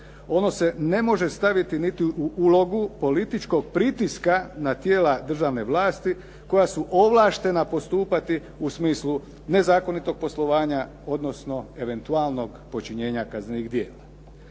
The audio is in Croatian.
Ono se ne može staviti niti u ulogu političkog pritiska na tijela državne vlasti, koja su ovlaštena postupati u smislu nezakonitog poslovanja, odnosno eventualnog počinjenja kaznenih djela.